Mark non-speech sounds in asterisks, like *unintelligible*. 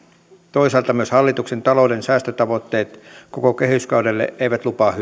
toisaalta hallituksen talouden säästötavoitteet koko kehyskaudelle eivät lupaa *unintelligible*